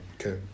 Okay